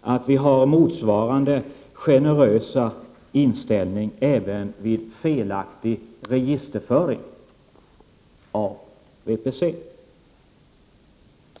att vi har motsvarande generösa inställning även vid felaktig registerföring av VPC.